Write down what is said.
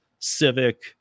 civic